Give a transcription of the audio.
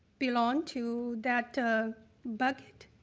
belong to that ah bucket.